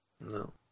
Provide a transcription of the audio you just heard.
No